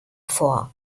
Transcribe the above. vor